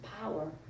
power